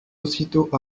aussitôt